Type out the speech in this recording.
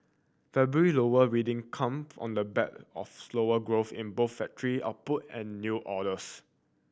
February lower reading come on the back of slower growth in both factory output and new orders